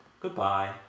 Goodbye